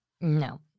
No